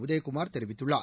உதயகுமார் தெரிவித்துள்ளார்